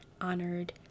honored